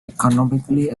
economically